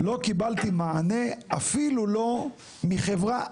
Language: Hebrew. לא קיבלתי מענה, אפילו לא מחברה אחת.